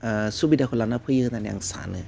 ओह सुबिदाखौ लाना फैयो होननानै आं सानो